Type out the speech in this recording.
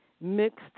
mixed